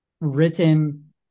written